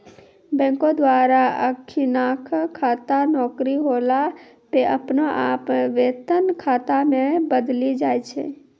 बैंको द्वारा अखिनका खाता नौकरी होला पे अपने आप वेतन खाता मे बदली जाय छै